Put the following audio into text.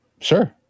Sure